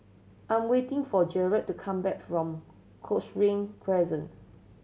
I am waiting for Jered to come back from Cochrane Crescent